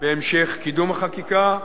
בהמשך קידום החקיקה.